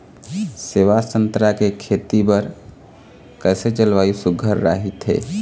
सेवा संतरा के खेती बर कइसे जलवायु सुघ्घर राईथे?